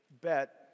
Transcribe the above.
bet